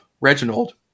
Reginald